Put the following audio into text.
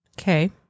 Okay